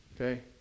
Okay